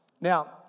Now